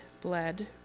bled